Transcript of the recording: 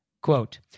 quote